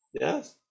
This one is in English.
Yes